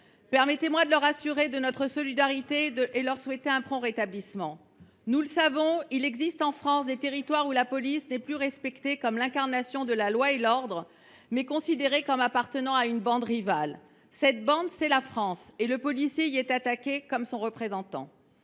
Permettez moi de les assurer de notre solidarité et de leur souhaiter un prompt rétablissement. Nous le savons, il existe en France des territoires où la police n’est plus respectée comme l’incarnation de la loi et de l’ordre, mais où elle est considérée comme appartenant à une bande rivale. Cette bande, c’est la France, et le policier y est attaqué comme son représentant.